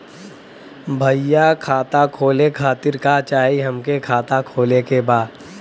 भईया खाता खोले खातिर का चाही हमके खाता खोले के बा?